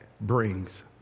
brings